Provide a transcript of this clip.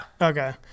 Okay